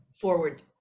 forward